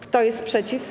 Kto jest przeciw?